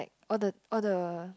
like all the all the